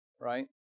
right